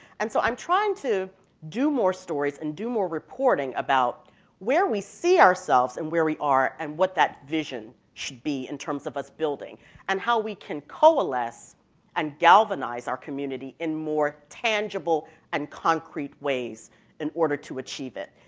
so i'm trying to do more stories and do more reporting about where we see ourselves and where we are and what that vision should be in terms of us building and how we can coalesce and galvanize our community in more tangible and concrete ways in order to achieve it.